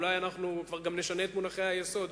אולי אנחנו כבר גם נשנה את מונחי היסוד,